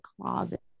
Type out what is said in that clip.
closet